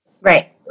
Right